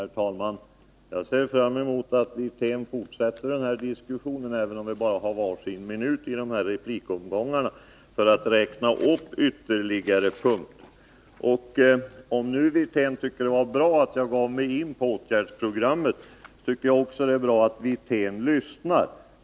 Herr talman! Jag ser fram emot att herr Wirtén fortsätter den här diskussionen, även om vi bara har var sin minut i replikomgångarna. Han kan judå räkna upp ytterligare punkter. Om nu herr Wirtén tyckte att det var bra att jag gav mig in på åtgärdsprogrammet, anser jag för min del att det är bra om herr Wirtén lyssnar.